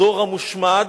הדור המושמד,